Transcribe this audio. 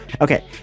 Okay